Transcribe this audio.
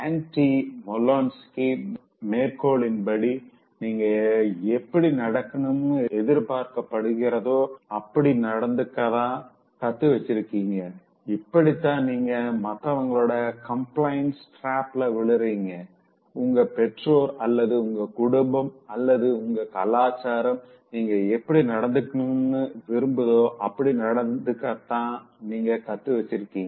அண்டி Molinsky மேர்கோலின்படி நீங்க எப்படி நடந்துக்கணும்னு எதிர்பார்க்கப்படுகிறதோ அப்படி நடந்துக்கதா கத்து வச்சிருக்கீங்க இப்படித்தா நீங்க மத்தவங்களோட கம்பிளியன்ஸ் டிராப்குள்ள விழுகிறிங்க உங்க பெற்றோர் அல்லது உங்க குடும்பம் அல்லது உங்க கலாச்சாரம் நீங்க எப்படி நடந்துக்கணும்னு விரும்புதோ அப்படி நடந்துக்கதா நீங்க கத்து வச்சிருக்கீங்க